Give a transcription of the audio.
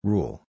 Rule